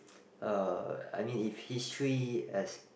uh I mean if history has